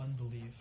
unbelief